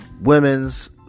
women's